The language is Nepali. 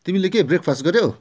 तिमीले के ब्रेक फास्ट गर्यौ